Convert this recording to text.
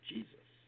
Jesus